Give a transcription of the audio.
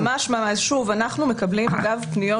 אנחנו מקבלים,